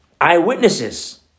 Eyewitnesses